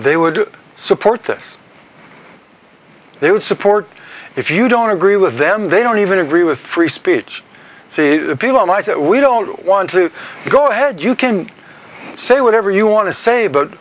they would support this they would support if you don't agree with them they don't even agree with free speech see people like that we don't want to go ahead you can say whatever you want to say but